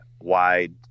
wide